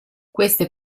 queste